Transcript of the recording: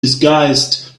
disguised